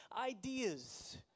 ideas